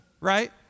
right